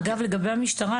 אגב, לגבי המשטרה.